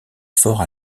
fort